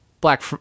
black